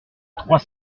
trois